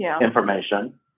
information